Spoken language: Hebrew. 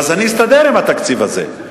אני אסתדר עם התקציב הזה,